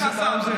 מנסור עבאס,